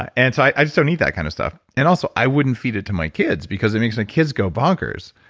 and so i just don't eat that kind of stuff. and also, i would feed it to my kids because it makes my kids go bonkers.